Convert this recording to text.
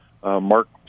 Mark